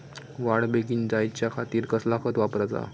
वाढ बेगीन जायच्या खातीर कसला खत वापराचा?